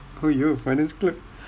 !aiyo! finance clerk